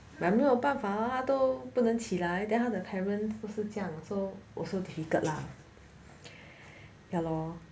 like 没有办法 ah 都不能起来 then how 他的 parent 不是这样 so also difficult lah ya lor